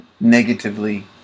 negatively